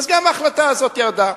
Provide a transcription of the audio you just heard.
אז גם ההחלטה הזאת ירדה.